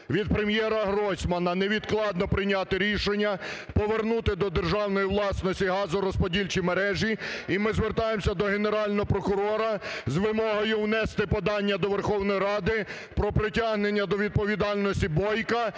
від Прем'єра Гройсмана невідкладно прийняти рішення повернути до державної власності газорозподільчі мережі. І ми звертаємося до Генерального прокурора з вимогою внести подання до Верховної Ради про притягнення до відповідальності Бойка